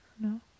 No